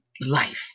life